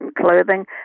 clothing